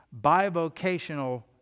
bivocational